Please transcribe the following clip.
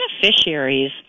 beneficiaries